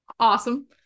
Awesome